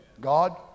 god